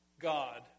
God